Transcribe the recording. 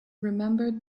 remembered